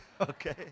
okay